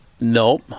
Nope